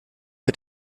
mit